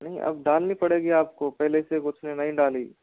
नहीं अब डालनी पड़ेगी आपको पहले से उसने नहीं डाली